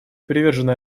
привержена